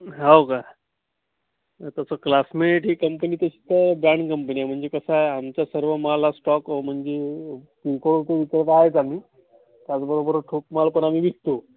हो का तसं क्लासमेट ही कंपनी तसं ब्रँड कंपनी आहे म्हणजे कसं आहे आमचा सर्व माल स्टॉक म्हणजे किरकोळ तर विक्रेता आहेच आम्ही त्याचबरोबर ठोक माल पण आम्ही विकतो